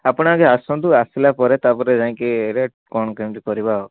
ଆପଣ ଆଗେ ଆସନ୍ତୁ ଆସିଲା ପରେ ତା'ପରେ ଯାଇକି ରେଟ୍ କ'ଣ କେମିତି କରିବା ଆଉ